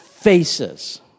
faces